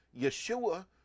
Yeshua